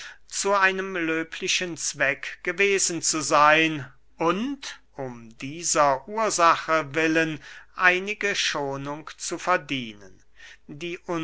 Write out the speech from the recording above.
zu einem löblichen zweck gewesen zu seyn und um dieser ursache willen einige schonung zu verdienen die